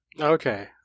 Okay